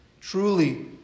Truly